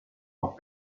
auf